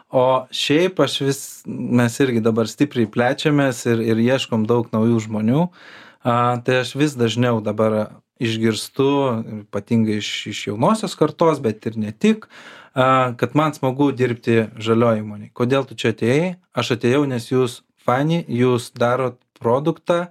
o šiaip aš vis mes irgi dabar stipriai plečiamės ir ir ieškom daug naujų žmonių a tai aš vis dažniau dabar išgirstu ypatingai iš iš jaunosios kartos bet ir ne tik a kad man smagu dirbti žalioj įmonėj kodėl tu čia atėjai aš atėjau nes jūs faini jūs darot produktą